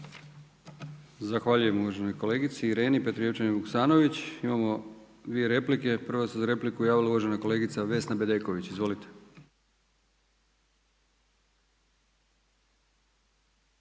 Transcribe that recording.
Zahvaljujem uvaženoj kolegici Ireni Petrijevčanin Vuksanović. Imamo dvije replike. Prva se za repliku javila uvažena kolegica Vesna Bedeković.